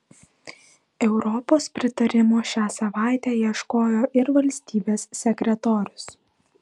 europos pritarimo šią savaitę ieškojo ir valstybės sekretorius